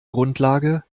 grundlage